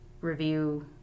review